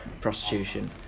prostitution